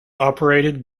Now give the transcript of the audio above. operated